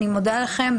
אני מודה לכם,